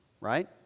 right